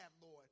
Lord